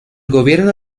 gobierno